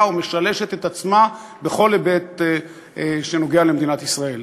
ומשלשת את עצמה בכל היבט שנוגע למדינת ישראל.